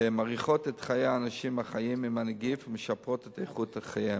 מאריכות את חיי האנשים החיים עם הנגיף ומשפרות את איכות חייהם.